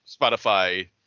Spotify